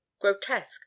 grotesque